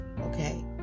Okay